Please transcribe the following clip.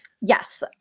Yes